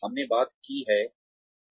हमने बात की है एचआरएम क्या है